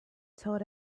told